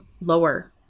lower